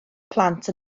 plant